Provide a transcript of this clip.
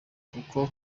kuko